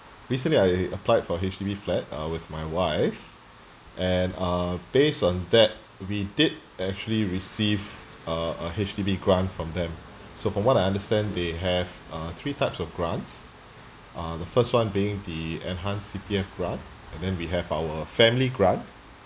recently I applied for H_D_B flat uh with my wife and uh based on that we did actually receive uh a H_D_B grant from them so from what I understand they have uh three types of grants uh the first one being the enhanced C_P_F grant and then we have our family grant